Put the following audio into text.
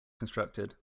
constructed